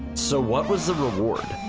so, what was the reward.